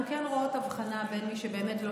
אנחנו כן רואות הבחנה בין מי שבאמת לא